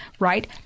right